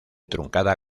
truncada